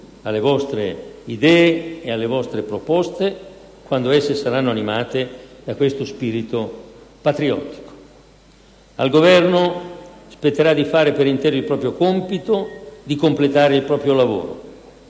alle vostre idee e alle vostre proposte quando esse saranno animate da questo spirito patriottico. Al Governo spetterà di fare per intero il proprio compito di completare il proprio lavoro,